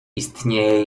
istnieje